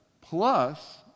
Plus